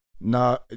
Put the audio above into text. No